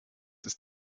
ist